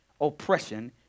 oppression